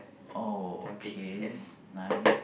oh okay nice